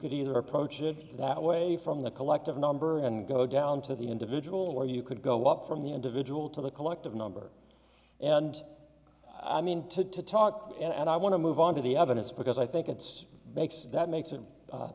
could either approach it that way from the collective number and go down to the individual or you could go up from the individual to the collective number and i mean to talk and i want to move on to the evidence because i think it's makes that makes it